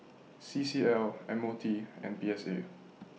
C C L M O T and P S A